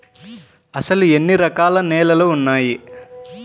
అసలు ఎన్ని రకాల నేలలు వున్నాయి?